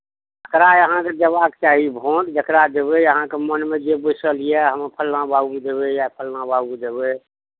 जकरा अहाँके जयबाक चाही भोट जकरा देबै अहाँके मनमे जे बैसल यए हम फल्लाँ बाबू देबै या फल्लाँ बाबू देबै